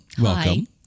welcome